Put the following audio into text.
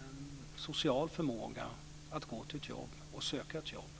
en social förmåga, om att gå till ett jobb och söka ett jobb.